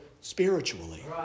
spiritually